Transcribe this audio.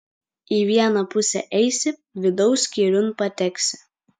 į vieną pusę eisi vidaus skyriun pateksi